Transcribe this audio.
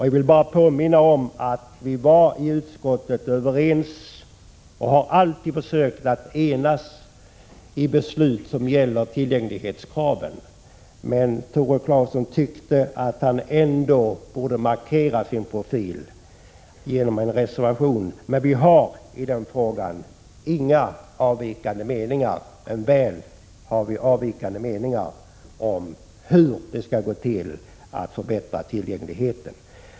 Jag vill bara påminna om att vi har varit överens i utskottet och alltid har försökt att enas i beslut som gäller tillgänglighetskraven, men Tore Claeson tyckte tydligen att han ändå borde markera sin profil genom en reservation. I den frågan har vi inga avvikande meningar, men väl om hur det skall gå till att förbättra tillgängligheten.